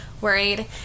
worried